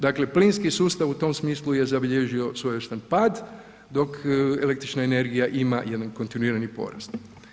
Dakle, plinski sustav u tom smislu je zabilježio svojevrstan pad, dok električna energija ima jedan kontinuirani porast.